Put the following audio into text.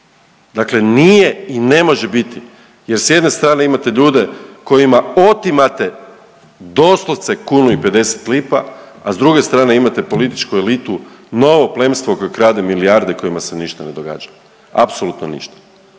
dakle nije i ne može biti jer s jedne strane imate ljude kojima otimate doslovce kunu i 50 lipa, a s druge strane imate političku elitu, novo plemstvo koje krade milijarde i kojima se ništa ne događa, apsolutno ništa.